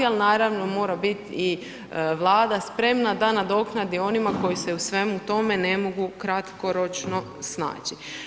Ali naravno, mora biti i Vlada spremna da nadoknadi onima koji se u svemu tome ne mogu kratkoročno snaći.